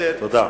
תודה.